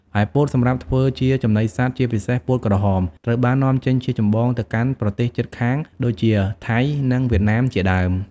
ឯពោតសម្រាប់ធ្វើជាចំណីសត្វ ជាពិសេស ពោតក្រហម ត្រូវបាននាំចេញជាចម្បងទៅកាន់ប្រទេសជិតខាងដូចជា ថៃ និង វៀតណាមជាដើម។